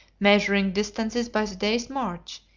measuring distances by the day's march,